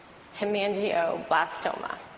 Hemangioblastoma